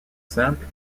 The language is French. simple